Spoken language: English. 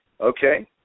Okay